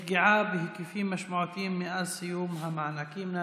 שפעולתם נפגעה בהיקפים משמעותיים מאז סיום המענקים.